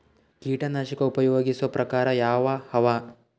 ಕೀಟನಾಶಕ ಉಪಯೋಗಿಸೊ ಪ್ರಕಾರ ಯಾವ ಅವ?